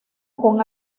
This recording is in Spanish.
con